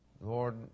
Lord